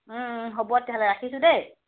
হ'ব তেতিয়াহ'লে ৰাখিছোঁ দেই